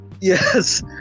yes